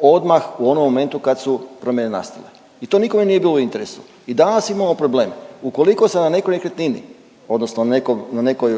odmah u onom momentu kad su promjene nastale. I to nikome nije bilo u interesu. I danas imamo problem. Ukoliko se na nekoj nekretnini odnosno na nekoj,